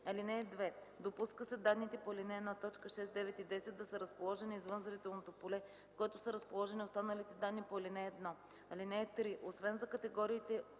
(2) Допуска се данните по ал. 1, т. 6, 9 и 10 да са разположени извън зрителното поле, в което са разположени останалите данни по ал. 1. (3) Освен за категориите